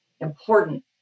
important